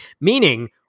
Meaning